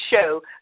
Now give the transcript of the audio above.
show